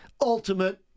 ultimate